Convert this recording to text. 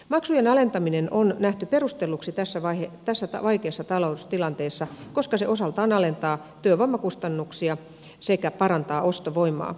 maksujen alentaminen on nähty perustelluksi tässä vaikeassa taloustilanteessa koska se osaltaan alentaa työvoimakustannuksia sekä parantaa ostovoimaa